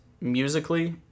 musically